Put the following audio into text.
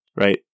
right